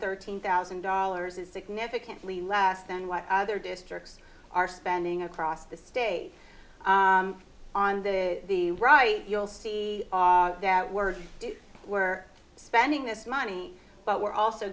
thirteen thousand dollars is significantly less than what other districts are spending across the state on the right you'll see that we're we're spending this money but we're also